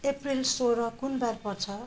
अप्रेल सोह्र कुन बार पर्छ